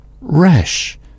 Rash